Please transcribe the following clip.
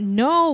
no